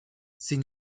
sin